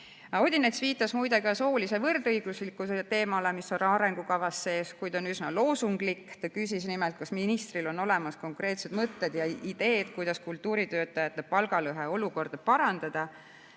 Odinets viitas muide ka soolise võrdõiguslikkuse teemale, mis on arengukavas sees, kuid on üsna loosunglik. Ta küsis nimelt, kas ministril on olemas konkreetsed mõtted ja ideed, kuidas kultuuritöötajate palgalõhe [tõttu tekkivad]